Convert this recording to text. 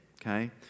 okay